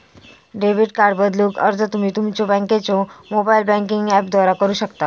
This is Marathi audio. डेबिट कार्ड बदलूक अर्ज तुम्ही तुमच्यो बँकेच्यो मोबाइल बँकिंग ऍपद्वारा करू शकता